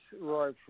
Roy